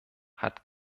hat